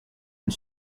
une